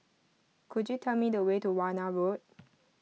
could you tell me the way to Warna Road